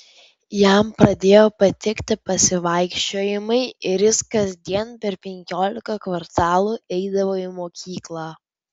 jam pradėjo patikti pasivaikščiojimai ir jis kasdien per penkiolika kvartalų eidavo į mokyklą